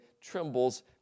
trembles